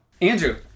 Andrew